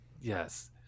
Yes